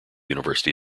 university